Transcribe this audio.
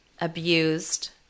abused